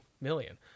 million